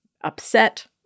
upset